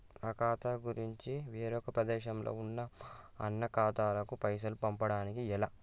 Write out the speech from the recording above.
నా ఖాతా నుంచి వేరొక ప్రదేశంలో ఉన్న మా అన్న ఖాతాకు పైసలు పంపడానికి ఎలా?